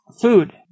food